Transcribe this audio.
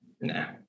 No